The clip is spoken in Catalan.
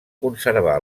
conservar